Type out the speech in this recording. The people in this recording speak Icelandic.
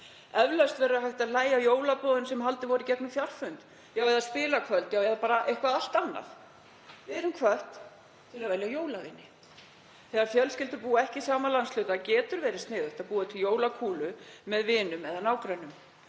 Eflaust verður hægt að hlæja að jólaboðunum sem haldin voru í gegnum fjarfund, já eða spilakvöldum eða það getur verið bara eitthvað allt annað. Við erum hvött til að velja jólavini. Þegar fjölskyldur búa ekki í sama landshluta getur verið sniðugt að búa til jólakúlu með vinum eða nágrönnum.